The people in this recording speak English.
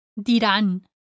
dirán